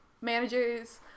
managers